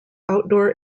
outdoor